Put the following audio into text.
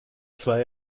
zwei